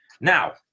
Now